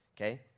Okay